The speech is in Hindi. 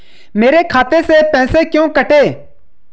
मेरे खाते से पैसे क्यों कटे?